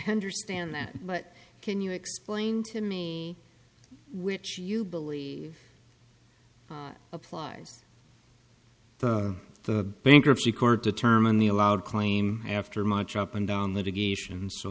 hundreds stand that but can you explain to me which you believe applies the bankruptcy court determine the allowed claim after much up and down litigation so